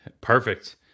Perfect